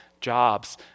jobs